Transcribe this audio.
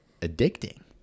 addicting